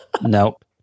Nope